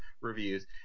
reviews